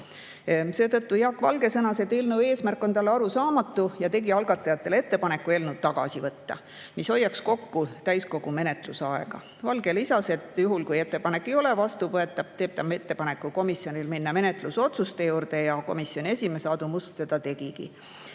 Seetõttu Jaak Valge sõnas, et eelnõu eesmärk on talle arusaamatu, ja tegi algatajatele ettepaneku eelnõu tagasi võtta, mis hoiaks kokku täiskogu menetlusaega. Valge lisas, et juhul kui ettepanek ei ole vastuvõetav, teeb ta komisjonile ettepaneku minna menetlusotsuste juurde, ja komisjoni esimees Aadu Must seda tegigi.